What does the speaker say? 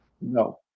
No